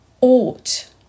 ought